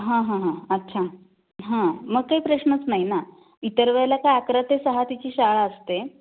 हां हां हां अच्छा हां मग काही प्रश्नच नाही ना इतर वेळेला काय अकरा ते सहा तीची शाळा असते